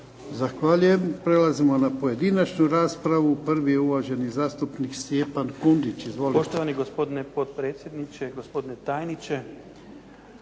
Zahvaljujem. Prelazimo na pojedinačnu raspravu. Prvi je uvaženi zastupnik Stjepan Kundić.